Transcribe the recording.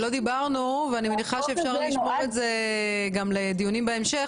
לא דיברנו ואני מניחה שאפשר לשמור את זה לדיונים בהמשך